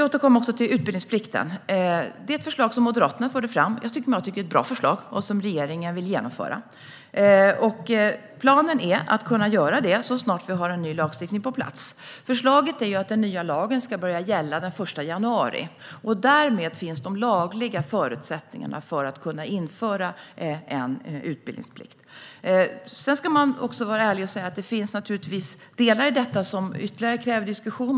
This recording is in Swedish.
Förslaget om utbildningsplikten, som Moderaterna förde fram, är ett bra förslag som regeringen vill genomföra. Planen är att kunna göra det så snart vi har en ny lagstiftning på plats. Förslaget är att den nya lagen ska börja gälla den 1 januari. Därmed finns de lagliga förutsättningarna för att kunna införa en utbildningsplikt. Sedan ska man också vara ärlig och säga att det naturligtvis finns delar i detta som kräver ytterligare diskussion.